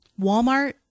Walmart